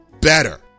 better